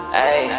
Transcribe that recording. hey